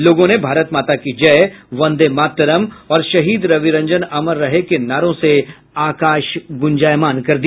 लोगों ने भारत माता की जय वंदे मातरम् और शहीद रविरंजन अमर रहें के नारों से आकाश गूंजायमान कर दिया